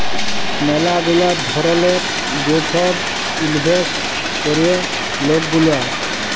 ম্যালা গুলা ধরলের যে ছব ইলভেস্ট ক্যরে লক গুলা